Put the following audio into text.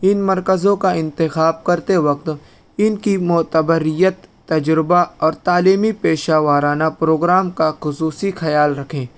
ان مرکزون کا انتخاب کرتے وقت ان کی معتبریت تجربہ اور تعلیمی پیشہ ورانہ پروگرام کا خصوصی خیال رکھیں